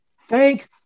Thank